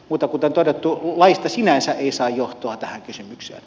mutta kuten todettu laista sinänsä ei saa johtua tähän kysymykseen